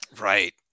Right